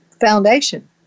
foundation